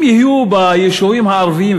אם יהיו ביישובים הערביים,